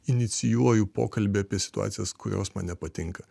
inicijuoju pokalbį apie situacijas kurios man nepatinka